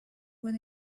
when